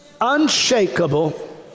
unshakable